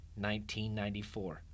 1994